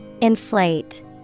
Inflate